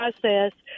process